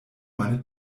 meine